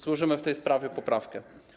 Złożymy w tej sprawie poprawkę.